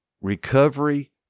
Recovery